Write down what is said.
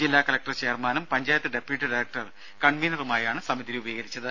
ജില്ലാ കലക്ടർ ചെയർമാനും panchayat deputy director കൺവീനറുമായാണ് സമിതി രൂപീകരിച്ചത്